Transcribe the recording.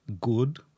good